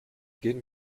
gehen